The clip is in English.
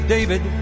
David